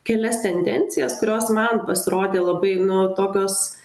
kelias tendencijas kurios man pasirodė labai nu tokios